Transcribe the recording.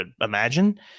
imagine